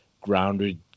grounded